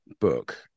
book